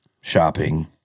shopping